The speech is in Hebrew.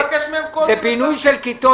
זה בינוי של כיתות.